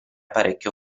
parecchio